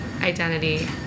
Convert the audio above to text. identity